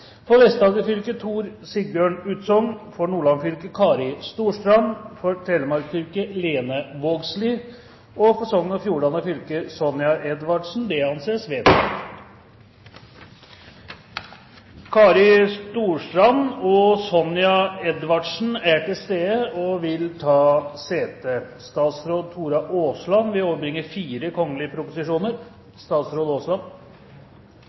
For Vest-Agder fylke: Tor Sigbjørn Utsogn For Nordland fylke: Kari Storstrand For Telemark fylke: Lene Vågslid For Sogn og Fjordane fylke: Sonja Edvardsen Kari Storstrand og Sonja Edvardsen er til stede og vil ta sete. Representanten Ib Thomsen vil